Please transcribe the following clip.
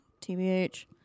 tbh